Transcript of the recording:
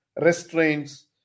restraints